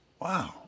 Wow